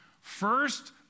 First